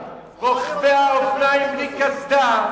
ואני אומר בכל פעם: רוכבי האופניים בלי קסדה,